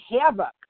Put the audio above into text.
havoc